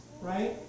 right